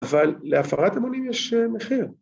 ‫אבל להפרת אמונים יש מחיר.